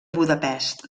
budapest